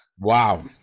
Wow